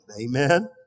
Amen